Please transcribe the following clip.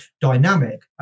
dynamic